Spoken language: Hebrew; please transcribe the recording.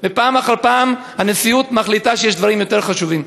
ופעם אחר פעם הנשיאות מחליטה שיש דברים יותר חשובים.